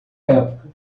época